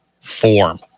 form